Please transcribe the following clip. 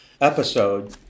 episode